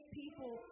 people